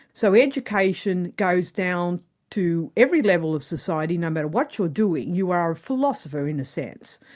so education goes down to every level of society, no matter what you're doing you are a philosopher, in a sense.